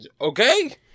okay